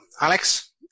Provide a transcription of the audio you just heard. Alex